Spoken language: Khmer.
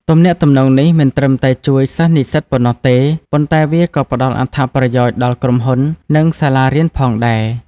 ទំនាក់ទំនងនេះមិនត្រឹមតែជួយសិស្សនិស្សិតប៉ុណ្ណោះទេ ប៉ុន្តែវាក៏ផ្តល់អត្ថប្រយោជន៍ដល់ក្រុមហ៊ុន និងសាលារៀនផងដែរ។